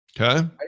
Okay